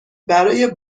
برای